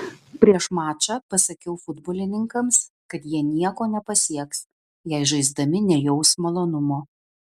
prieš mačą pasakiau futbolininkams kad jie nieko nepasieks jei žaisdami nejaus malonumo